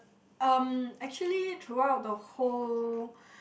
um actually throughout the whole